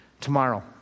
Tomorrow